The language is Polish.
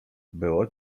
było